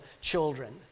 children